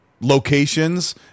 locations